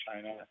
China